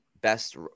best